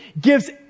gives